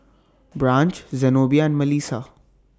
Branch Zenobia and Malissa